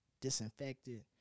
disinfected